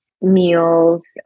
meals